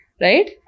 Right